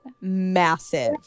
massive